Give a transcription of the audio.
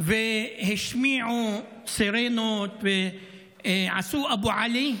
השמיעו סירנות ועשו "אבו עלי",